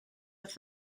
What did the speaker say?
wrth